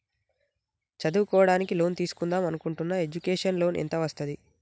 చదువుకోవడానికి లోన్ తీస్కుందాం అనుకుంటున్నా ఎడ్యుకేషన్ లోన్ ఎంత వస్తది?